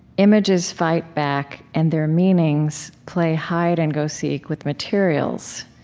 images fight back, and their meanings play hide-and-go-seek with materials.